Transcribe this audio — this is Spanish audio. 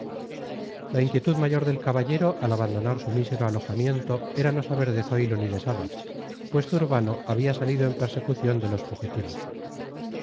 la inquietud mayor del caballero al abandonar su mísero alojamiento era no saber de zoilo ni de sabas pues zurbano había salido en persecución de los fugitivos